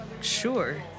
sure